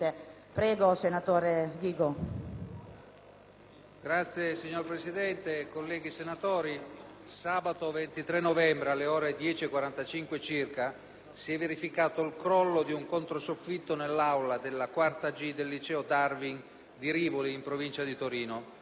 Ne ha facoltà. GHIGO *(PdL)*. Signora Presidente, colleghi senatori, sabato 23 novembre, alle ore 10,45 circa, si è verificato il crollo di un controsoffitto nell'aula della IV G del liceo «Darwin» di Rivoli, in Provincia di Torino.